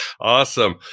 Awesome